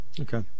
Okay